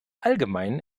allgemeinen